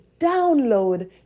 download